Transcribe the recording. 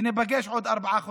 וניפגש עוד ארבעה חודשים,